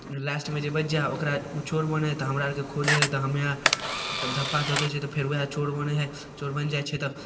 लास्टमे जे बचि जाइ हइ ओ चोर बनै हइ तऽ हमरा आर जे खोजै हइ तऽ हमे आर तऽ धप्पा धऽ दै छै तऽ फेर वएह चोर बनै हइ चोर बनि जाइ छै तऽ